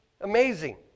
Amazing